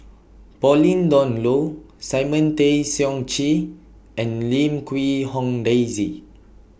Pauline Dawn Loh Simon Tay Seong Chee and Lim Quee Hong Daisy